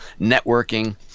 networking